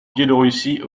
biélorussie